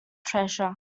treasure